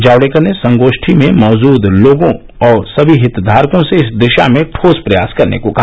जावडेकर ने संगोष्ठी में मौजूद लोगों और सभी हितघारकों से इस दिशा में ठोस प्रयास करने को कहा